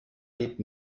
lebt